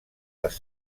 les